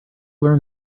learn